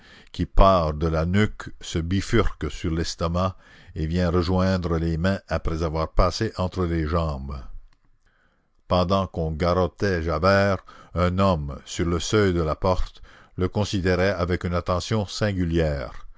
qui part de la nuque se bifurque sur l'estomac et vient rejoindre les mains après avoir passé entre les jambes pendant qu'on garrottait javert un homme sur le seuil de la porte le considérait avec une attention singulière